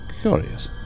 Curious